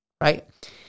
Right